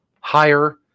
Higher